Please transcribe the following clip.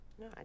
no